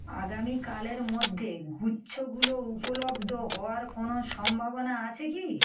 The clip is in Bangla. আগামীকালের মধ্যে গুচ্ছগুলো উপলব্ধ হওয়ার কোনো সম্ভাবনা আছে কি